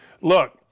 Look